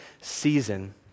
season